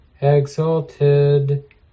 exalted